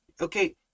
Okay